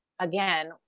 again